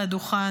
על הדוכן,